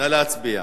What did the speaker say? נא להצביע.